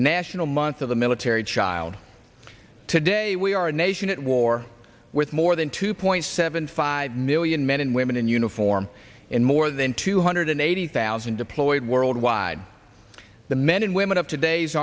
national months of the military child today we are a nation at war with more than two point seven five million men and women in uniform more than two hundred eighty thousand deployed worldwide the men and women of today's